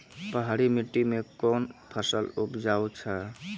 पहाड़ी मिट्टी मैं कौन फसल उपजाऊ छ?